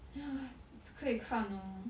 ya what 只可以看 lor